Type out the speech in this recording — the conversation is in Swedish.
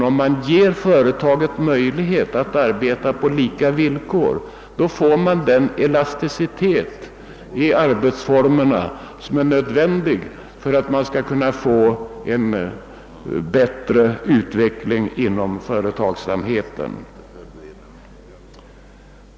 Om däremot företagen ges möjlighet att arbeta på lika villkor som motsvarande privata företag, uppnås den elasticitet i arbetsformerna som är nödvändig för att åstadkomma bättre utveckling inom företagsamheten.